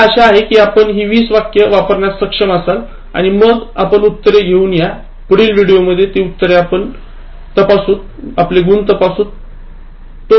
तर मला आशा आहे की आपण ही 20 वाक्ये वापरण्यास सक्षम असाल आणि मग आपण उत्तरे घेऊन या पुढील व्हिडिओमध्ये ती उत्तरे आणि आपले गुण तपासले जातील